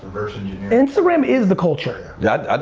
instagram is the culture. yeah,